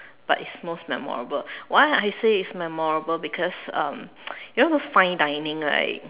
but it's most memorable why I say it's memorable because um you know those fine dining right